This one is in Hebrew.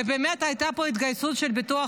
ובאמת הייתה פה התגייסות של הביטוח